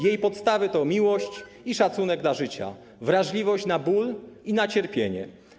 Jej podstawy to miłość i szacunek dla życia, wrażliwość na ból i cierpienie.